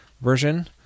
version